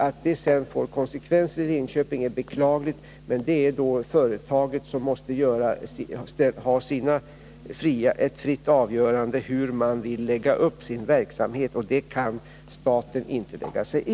Att den sedan får konsekvenser i Linköping är beklagligt, men det är företaget som fritt måste avgöra hur man Om statens med vill lägga upp sin verksamhet. Det kan staten inte lägga sig i.